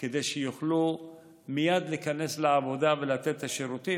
כדי שיוכלו מייד להיכנס לעבודה ולתת את השירותים.